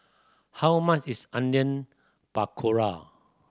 how much is Onion Pakora